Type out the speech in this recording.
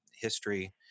history